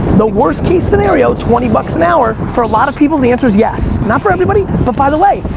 the worst-case scenario, twenty bucks an hour? for a lot of people, the answer's yes. not for everybody, but by the way,